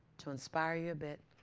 to inspire you a bit,